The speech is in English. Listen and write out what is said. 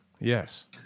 Yes